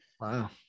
Wow